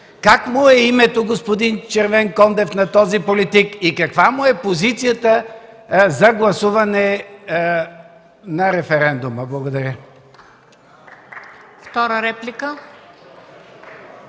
Как му е името, господин Червенкондев, на този политик и каква му е позицията за гласуване на референдума? Благодаря.